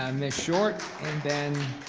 um ms. short and then